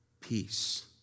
peace